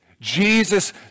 Jesus